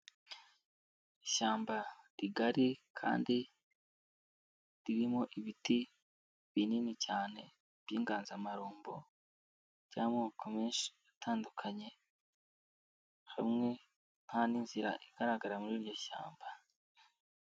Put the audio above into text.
Ishyamba rigari kandi ririmo ibiti binini cyane by'inganzamarumbo by'amoko menshi atandukanye, hamwe nta n'inzira igaragara muri iryo shyamba.